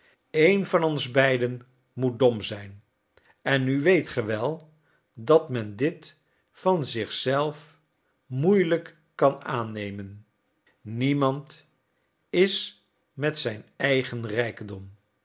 een van ons beiden moet dom zijn en nu weet ge wel dat men dit van zich zelf moeielijk kan aannemen niemand is met zijn eigen rijkdom